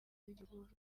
rw’igihugu